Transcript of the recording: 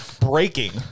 Breaking